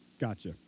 Gotcha